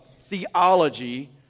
theology